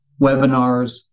webinars